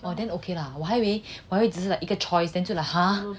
oh then okay lah 我还以为只是 like 一个 choice then 就 like !huh!